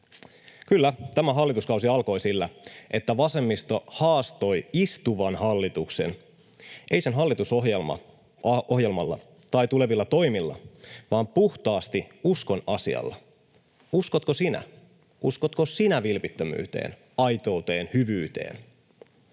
Kyllä, tämä hallituskausi alkoi sillä, että vasemmisto haastoi istuvan hallituksen, ei sen hallitusohjelmalla tai tulevilla toimilla vaan puhtaasti uskon asialla: Uskotko sinä? Uskotko sinä vilpittömyyteen, aitouteen, hyvyyteen?